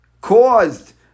caused